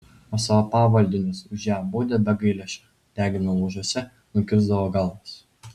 o savo pavaldinius už ją baudė be gailesčio degino laužuose nukirsdavo galvas